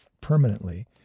permanently